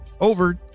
Over